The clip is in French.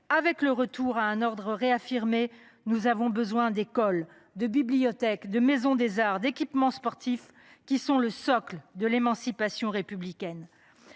avec le retour à un ordre réaffirmé, nous avons besoin d’écoles, de bibliothèques, de maisons des arts et d’équipements sportifs, qui sont le socle de l’émancipation républicaine.